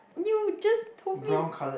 you just told me